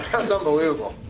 that's unbelievable.